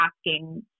asking